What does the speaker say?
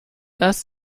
dass